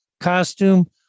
costume